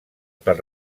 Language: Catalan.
per